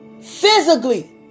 physically